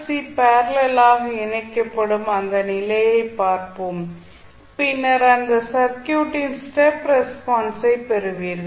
C parallel ஆக இணைக்கப்படும் அந்த நிலையை பார்ப்போம் பின்னர் அந்த சர்க்யூட்டின் ஸ்டெப் ரெஸ்பான்ஸை பெறுவீர்கள்